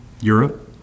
Europe